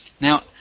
Now